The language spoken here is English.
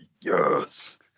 Yes